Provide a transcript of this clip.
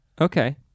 Okay